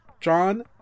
John